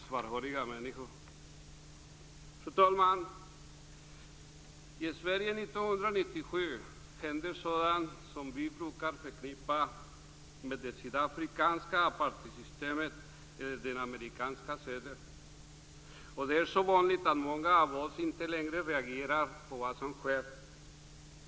Svarthåriga människor lyser med sin frånvaro. "I Sverige 1997 händer sådant som vi brukar förknippa med det sydafrikanska apartheidsystemet eller den amerikanska södern. Och det är så vanligt att många av oss inte längre reagerar på vad som sker.